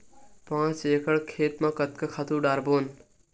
पांच एकड़ खेत म कतका खातु डारबोन?